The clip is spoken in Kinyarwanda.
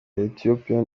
ethiopian